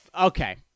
Okay